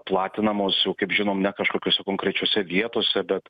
platinamosjau kaip žinom ne kažkokiose konkrečiose vietose bet